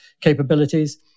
capabilities